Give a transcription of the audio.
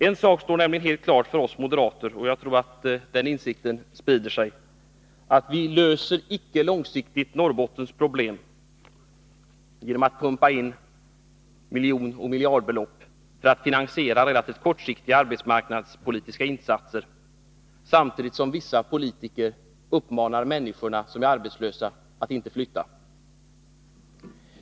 En sak står nämligen helt klar för oss moderater — och jag tror att den insikten sprider sig: Vi löser icke långsiktigt Norrbottens problem med att pumpa in miljonoch miljardbelopp för att finansiera relativt kortsiktiga arbetsmarknadspolitiska insatser samtidigt som vissa politiker uppmanar dem som är arbetslösa att inte flytta.